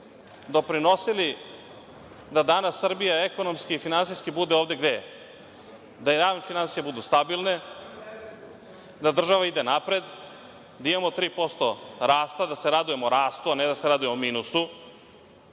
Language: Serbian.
doprinosili da danas Srbija ekonomski i finansijski bude ovde gde je, da javne finansije budu stabilne, da država ide napred, da imamo 3% rasta, da se radujemo rastu, a ne da se radujemo minusu,